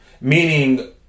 Meaning